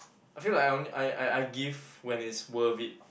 I feel like I on~ I I I give when it's worth it